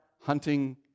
hunting